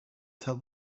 tell